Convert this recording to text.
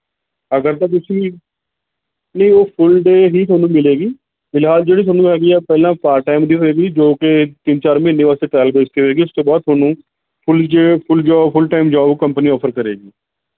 ਅਗਰ ਤਾਂ ਤੁਸੀਂ ਨਹੀਂ ਉਹ ਫੁੱਲ ਡੇਅ ਹੀ ਤੁਹਾਨੂੰ ਮਿਲੇਗੀ ਫਿਲਹਾਲ ਜਿਹੜੀ ਤੁਹਾਨੂੰ ਹੈਗੀ ਆ ਪਹਿਲਾਂ ਪਾਰਟ ਟੈਮ ਦੀ ਹੋਏਗੀ ਜੋ ਕਿ ਤਿੰਨ ਚਾਰ ਮਹੀਨੇ ਵਾਸਤੇ ਟ੍ਰੈਲ ਬੇਸ 'ਤੇ ਹੋਏਗੀ ਉਸ ਤੋਂ ਬਾਅਦ ਤੁਹਾਨੂੰ ਫੁੱਲ ਜੇ full job full time job company offer ਕਰੇਗੀ